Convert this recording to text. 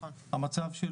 המצב של